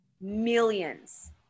millions